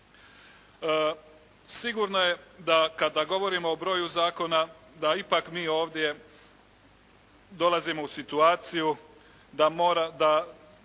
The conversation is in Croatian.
Sigurno je da kad govorimo o broju zakona da ipak mi ovdje dolazimo u situaciju da